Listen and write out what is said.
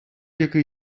який